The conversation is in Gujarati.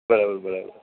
બરાબર બરાબર